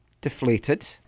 deflated